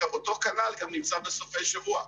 אותו כנ"ל גם נמצא בסופי שבוע.